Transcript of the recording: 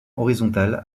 horizontal